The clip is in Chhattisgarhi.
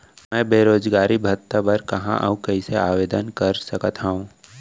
मैं बेरोजगारी भत्ता बर कहाँ अऊ कइसे आवेदन कर सकत हओं?